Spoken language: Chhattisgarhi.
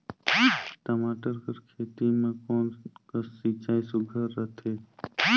टमाटर कर खेती म कोन कस सिंचाई सुघ्घर रथे?